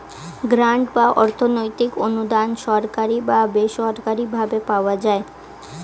grant বা অর্থনৈতিক অনুদান সরকারি বা বেসরকারি ভাবে পাওয়া যায়